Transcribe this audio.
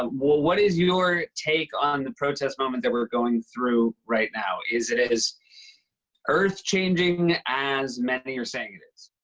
ah what what is your take on the protest movement that we're going through right now? is it it as earth-changing as many are saying it is?